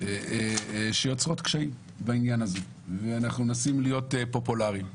שיוצרות קשיים ואנחנו מנסים להיות פופולריים.